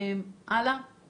בשקף הבא רואים